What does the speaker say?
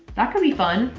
that can be fun.